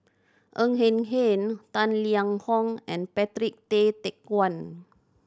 Ng Eng Hen Tang Liang Hong and Patrick Tay Teck Guan